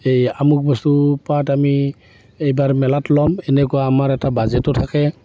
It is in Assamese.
এই আমুক বস্তুপাত আমি এইবাৰ মেলাত ল'ম এনেকুৱা আমাৰ এটা বাজেটো থাকে